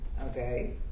okay